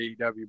AEW